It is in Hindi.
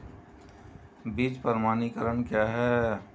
बीज प्रमाणीकरण क्या है?